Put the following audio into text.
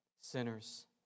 sinners